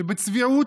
שבצביעות,